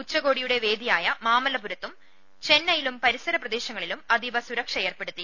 ഉച്ചകോടിയുടെ വേദിയായ മാമല്ലപുരത്തും ചെന്നൈയിലും പരിസര പ്രദേശങ്ങളിലും അതീവ സുരക്ഷ ഏർപ്പെടുത്തി